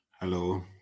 Hello